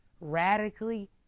radically